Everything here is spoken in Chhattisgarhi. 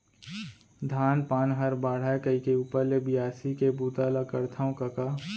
धान पान हर बाढ़य कइके ऊपर ले बियासी के बूता ल करथव कका